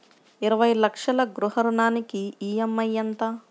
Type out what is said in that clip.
ఇరవై లక్షల గృహ రుణానికి ఈ.ఎం.ఐ ఎంత?